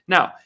Now